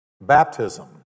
Baptism